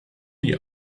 die